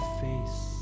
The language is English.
face